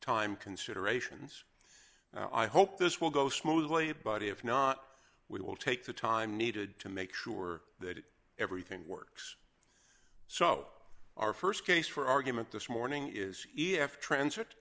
time considerations i hope this will go smoothly but if not we will take the time needed to make sure that everything works so our st case for argument this morning is if trans